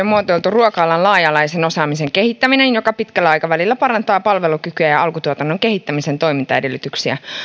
muotoiltu ruoka alan laaja alaisen osaamisen kehittäminen joka pitkällä aikavälillä parantaa palvelukykyä ja alkutuotannon kehittämisen toimintaedellytyksiä